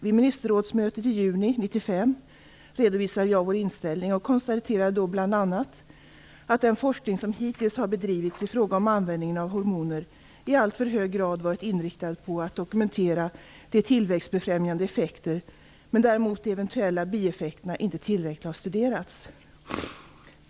Vid ministerrådsmötet i juni 1995 redovisade jag vår inställning och konstaterade då bl.a. att den forskning som hittills har bedrivits i fråga om användningen av hormoner i alltför hög grad varit inriktad på att dokumentera de tillväxtbefrämjande effekterna, medan däremot de eventuella bieffekterna inte tillräckligt har studerats.